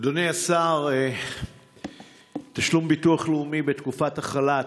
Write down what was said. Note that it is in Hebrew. השר, תשלום ביטוח לאומי בתקופת החל"ת.